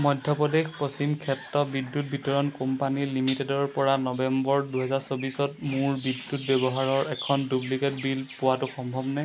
মধ্যপ্ৰদেশ পশ্চিম ক্ষেত্ৰ বিদ্যুৎ বিতৰণ কোম্পানী লিমিটেডৰপৰা নৱেম্বৰ দুহেজাৰ চৌবিছত মোৰ বিদ্যুৎ ব্যৱহাৰৰ এখন ডুপ্লিকেট বিল পোৱাটো সম্ভৱনে